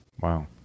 Wow